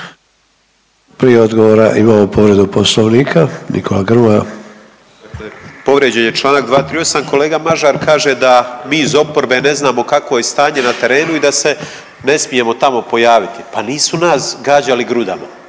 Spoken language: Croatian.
Prije odgovora imamo povredu poslovnika, Nikola Grmoja. **Grmoja, Nikola (MOST)** Povrijeđen je čl. 238. kolega Mažar kaže da mi iz oporbe ne znamo kakvo je stanje na terenu i da se ne smijemo tamo pojaviti. Pa nisu nas gađali grudama